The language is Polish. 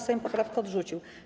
Sejm poprawkę odrzucił.